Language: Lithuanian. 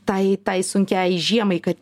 tai tai sunkiai žiemai kad